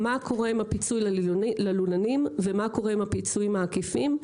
מה קורה עם הפיצוי ללולנים ומה קורה עם הפיצויים העקיפים,